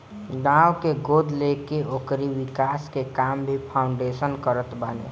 गांव के गोद लेके ओकरी विकास के काम भी फाउंडेशन करत बाने